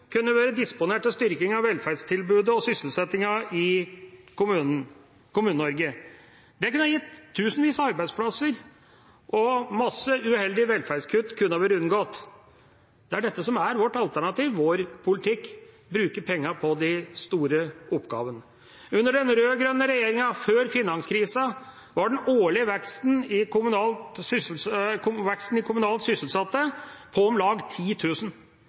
kunne vært disponert til styrking av velferdstilbudet og sysselsettinga i Kommune-Norge. Det kunne ha gitt tusenvis av arbeidsplasser, og mange uheldige velferdskutt kunne vært unngått. Det er dette som er vårt alternativ. Med vår politikk bruker man pengene på de store oppgavene. Under den rød-grønne regjeringa før finanskrisen var den årlige veksten i kommunalt sysselsatte på om lag